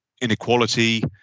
inequality